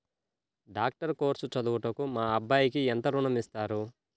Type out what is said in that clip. Doctor course చదువుటకు మా అబ్బాయికి ఎంత ఋణం ఇస్తారు?